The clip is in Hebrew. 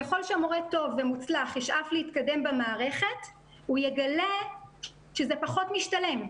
ככל שהמורה טוב ומוצלח וישאף להתקדם במערכת הוא יגלה שזה פחות משתלם.